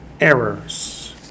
errors